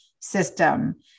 system